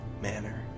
manner